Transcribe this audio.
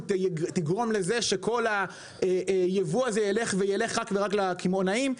תגרום לזה שכל הייבוא הזה ילך וילך אך ורק לקמעונאים,